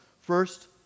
First